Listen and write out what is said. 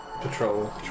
patrol